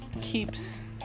keeps